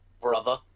Brother